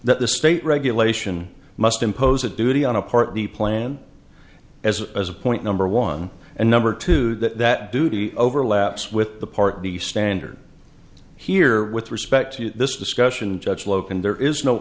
that the state regulation must impose a duty on a part b plan as as a point number one and number two that that duty overlaps with the part b standard here with respect to this discussion judge loken there is no